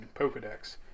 Pokedex